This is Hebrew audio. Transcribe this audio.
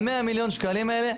ה-100 מיליון שקלים האלה,